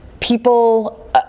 people